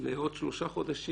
לעוד שלושה חודשים.